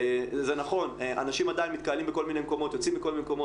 גם כשאתם רואים אותנו הם מתנגחים ואומרים דעות שונות,